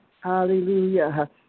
Hallelujah